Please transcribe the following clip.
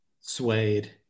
Suede